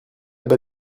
bas